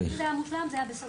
אם זה היה מושלם זה היה בסדר.